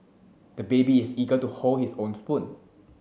the baby is eager to hold his own spoon